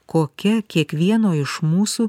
kokia kiekvieno iš mūsų